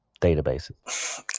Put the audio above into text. databases